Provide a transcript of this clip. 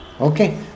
Okay